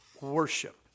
worship